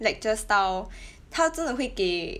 lecture style 他真的会给